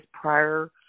prior